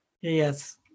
yes